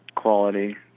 quality